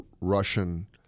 Russian